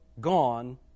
gone